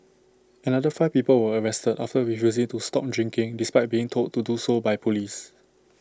another five people were arrested after refusing to stop drinking despite being told to do so by Police